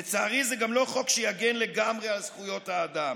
לצערי, זה גם לא חוק שיגן לגמרי על זכויות האדם.